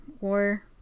war